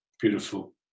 beautiful